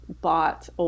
Bought